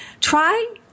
Try